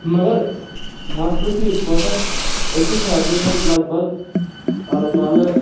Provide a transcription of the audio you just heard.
مگر مسلہٕ چھُ یِتھ پٲٹھۍ أسۍ چھِ فیملی منٛز لگ بگ اَلہٕ پَلہٕ